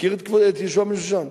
מכיר את ישועה בן-שושן?